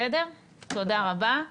תודה רבה.